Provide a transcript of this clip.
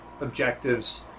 objectives